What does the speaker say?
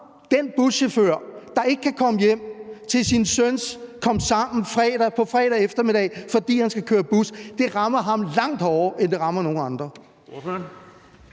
den buschauffør, der ikke kan komme hjem til sin søns komsammen fredag eftermiddag, fordi han skal køre bus. Det rammer ham langt hårdere, end det rammer